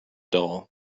doll